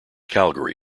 calgary